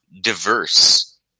diverse